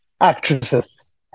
actresses